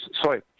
Sorry